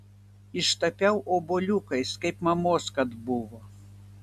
ištapiau obuoliukais kaip mamos kad buvo